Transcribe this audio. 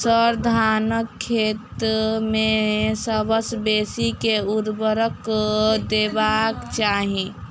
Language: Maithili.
सर, धानक खेत मे सबसँ बेसी केँ ऊर्वरक देबाक चाहि